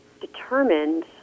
determined